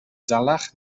dalach